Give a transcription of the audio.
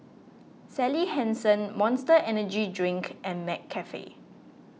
Sally Hansen Monster Energy Drink and McCafe